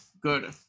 good